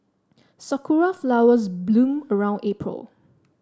sakura flowers bloom around April